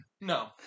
No